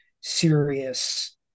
serious